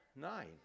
nine